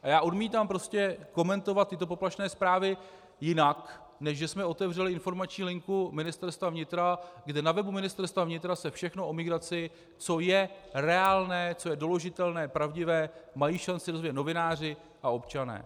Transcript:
A já odmítám komentovat tyto poplašné zprávy jinak, než že jsme otevřeli informační linku Ministerstva vnitra, kde na webu Ministerstva vnitra se všechno o migraci, co je reálné, co je doložitelné, pravdivé, mají šanci dozvědět novináři a občané.